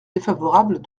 défavorable